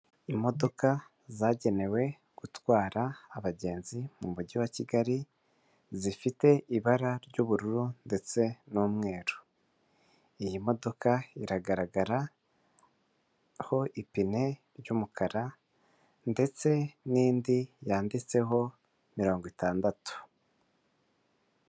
Imodoka zagenewe gutwara abagenzi mu mujyi wa Kigali, zifite ibara ry'ubururu ndetse n'umweru, iyi modoka iragaragaraho ipine ry'umukara ndetse n'indi yanditseho mirongo itandatu.